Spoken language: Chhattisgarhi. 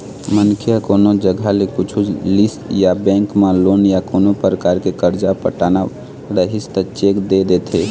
मनखे ह कोनो जघा ले कुछु लिस या बेंक म लोन या कोनो परकार के करजा पटाना रहिस त चेक दे देथे